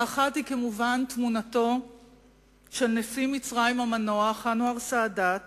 האחת היא כמובן תמונתו של נשיא מצרים המנוח אנואר סאדאת